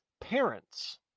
parents